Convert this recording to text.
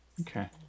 Okay